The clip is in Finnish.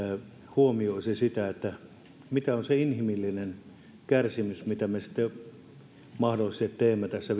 huomioisi sitä mitä on se inhimillinen kärsimys jota me sitten mahdollisesti teemme tässä